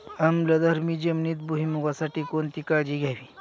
आम्लधर्मी जमिनीत भुईमूगासाठी कोणती काळजी घ्यावी?